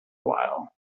while